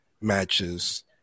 matches